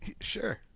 Sure